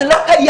זה לא קיים.